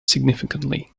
significantly